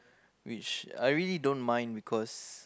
which I really don't mind because